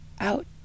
out